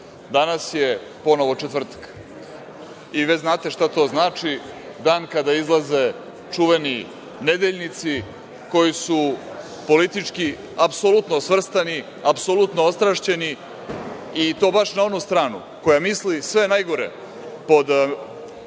je ponovo četvrtak i već znate šta to znači, dan kada izlaze čuveni nedeljnici koji su politički apsolutno svrstani, apsolutno ostrašćeni, i to baš na onu stranu koja misli sve najgore pod